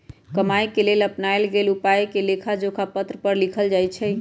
कमाए के लेल अपनाएल गेल उपायके लेखाजोखा पत्र पर लिखल जाइ छइ